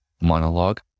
monologue